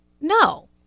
no